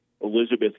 Elizabeth